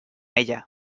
ella